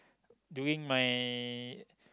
during my